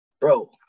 Bro